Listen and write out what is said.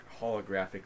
holographic